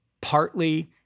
partly